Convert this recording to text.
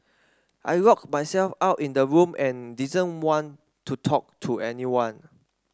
I locked myself out in the room and didn't want to talk to anyone